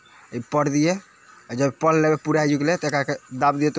वैज्ञानिक माँछक अनुवांशिक उपचार कय के विकास कयलक